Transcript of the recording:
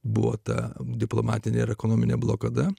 buvo ta diplomatinė ekonominė blokada